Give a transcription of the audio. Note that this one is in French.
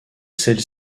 celles